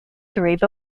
through